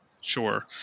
Sure